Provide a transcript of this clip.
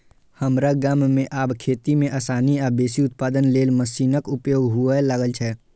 हमरा गाम मे आब खेती मे आसानी आ बेसी उत्पादन लेल मशीनक उपयोग हुअय लागल छै